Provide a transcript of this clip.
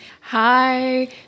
Hi